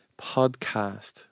podcast